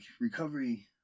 recovery